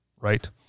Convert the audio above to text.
right